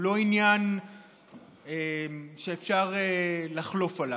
הוא לא עניין שאפשר לחלוף עליו.